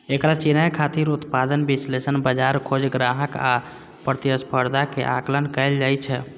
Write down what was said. एकरा चिन्है खातिर उत्पाद विश्लेषण, बाजार खोज, ग्राहक आ प्रतिस्पर्धा के आकलन कैल जाइ छै